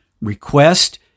request